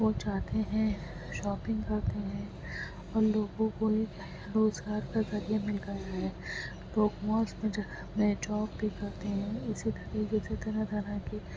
وہ جاتے ہیں شاپنگ کرتے ہیں اور لوگوں کو ایک روزگار کا ذریعہ مل گیا ہے لوگ مالس میں جا میں جاب بھی کرتے ہیں اسی طریقے سے طرح طرح کی